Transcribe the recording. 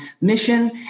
mission